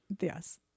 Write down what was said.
Yes